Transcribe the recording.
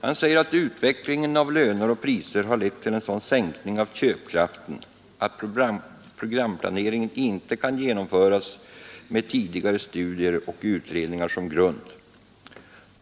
Han säger att utvecklingen av löner och priser har lett till en sådan sänkning av köpkraften att programplaneringen inte kan genomföras med tidigare studier och utredningar som grund.